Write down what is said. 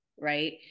right